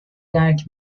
درک